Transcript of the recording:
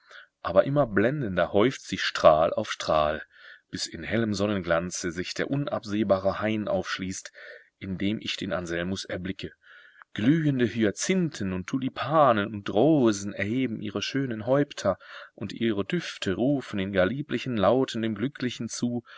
aber immer blendender häuft sich strahl auf strahl bis in hellem sonnenglanze sich der unabsehbare hain aufschließt in dem ich den anselmus erblicke glühende hyazinthen und tulipanen und rosen erheben ihre schönen häupter und ihre düfte rufen in gar lieblichen lauten dem glücklichen zu